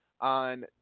on